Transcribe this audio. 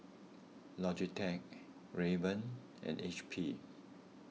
Logitech Rayban and H P